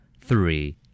Three